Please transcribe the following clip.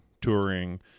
touring